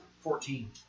fourteen